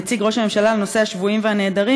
נציג ראש הממשלה לנושא השבויים והנעדרים,